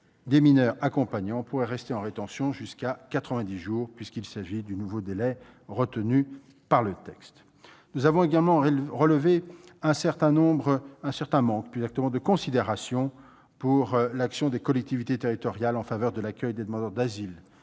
des mineurs accompagnants pourraient rester jusqu'à quatre-vingt-dix jours en rétention, puisqu'il s'agit du nouveau délai fixé par le texte. Nous avons également relevé un certain manque de considération pour l'action des collectivités territoriales en faveur de l'accueil des demandeurs d'asile,